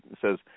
says